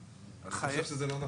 אני חושב שזה לא נכון.